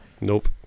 Nope